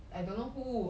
I don't know who